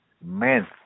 men